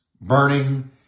burning